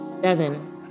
Devin